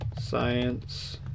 science